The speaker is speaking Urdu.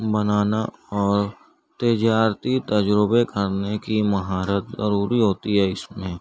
بنانا اور تجارتی تجربے کرنے مہارت ضروری ہوتی ہے اس میں